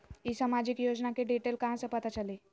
ई सामाजिक योजना के डिटेल कहा से पता चली?